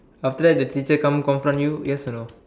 after that the teacher come confront you yes or no